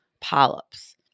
polyps